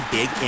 Big